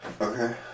Okay